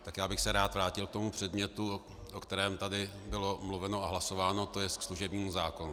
Tak já bych se rád vrátil k tomu předmětu, o kterém tady bylo mluveno a hlasováno, to je ke služebnímu zákonu.